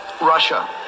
Russia